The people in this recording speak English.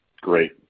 great